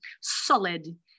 solid